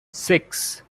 six